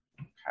Okay